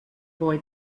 boy